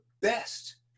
best